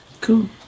Cool